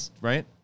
Right